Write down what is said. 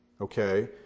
Okay